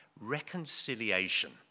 Reconciliation